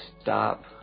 stop